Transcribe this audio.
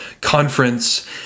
conference